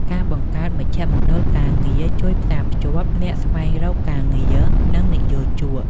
ការបង្កើតមជ្ឈមណ្ឌលការងារជួយផ្សារភ្ជាប់អ្នកស្វែងរកការងារ និងនិយោជក។